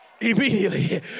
immediately